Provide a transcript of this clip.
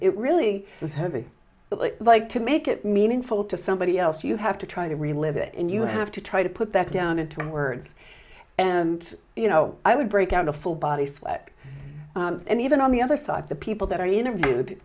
it really was heavy but like to make it meaningful to somebody else you have to try to relive it and you have to try to put that down into words and you know i would break out a full body flak and even on the other side the people that are interviewed